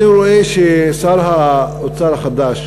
אני רואה ששר האוצר החדש,